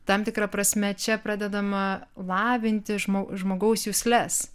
tam tikra prasme čia pradedama lavinti žmog žmogaus jusles